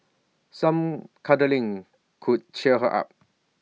some cuddling could cheer her up